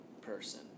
person